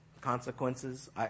consequences